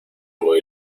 muy